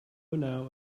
now